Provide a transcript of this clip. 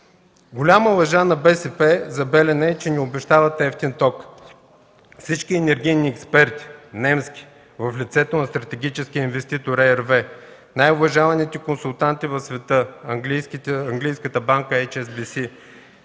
Голяма лъжа на БСП за „Белене” е, че ни обещават евтин ток. Всички немски енергийни експерти в лицето на стратегическия инвеститор RWE, най-уважаваните консултанти в света – английската банка HSBC,